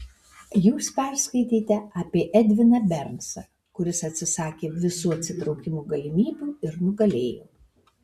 jūs perskaitėte apie edviną bernsą kuris atsisakė visų atsitraukimo galimybių ir nugalėjo